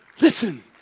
Listen